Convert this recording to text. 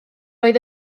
oedd